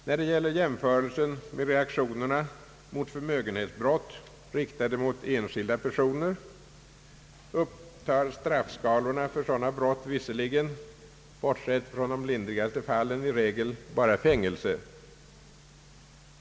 När det gäller jämförelsen med reaktionerna mot förmögenhetsbrott, riktade mot enskilda personer, upptar straff skalorna för sådana brott visserligen — bortsett från de lindrigaste fallen — i regel endast fängelse.